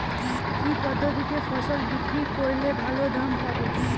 কি পদ্ধতিতে ফসল বিক্রি করলে ভালো দাম পাব?